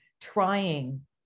trying